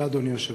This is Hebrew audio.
אדוני היושב-ראש,